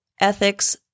ethics